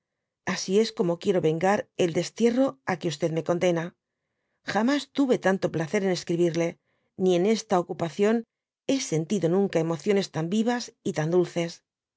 asi es como quiero vengar el destierro á que me condena jamas tuve tanto placer en escribirle ni en esta ocupación hé sentido nunca emociones tan vivas y tan dulces